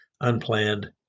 unplanned